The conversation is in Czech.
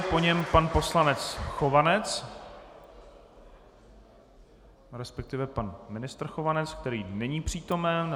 Po něm pan poslanec Chovanec, resp. pan ministr Chovanec, který není přítomen.